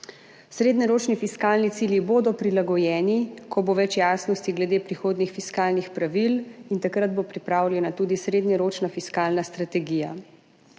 Srednjeročni fiskalni cilji bodo prilagojeni, ko bo več jasnosti glede prihodnjih fiskalnih pravil. Takrat bo pripravljena tudi srednjeročna fiskalna strategija.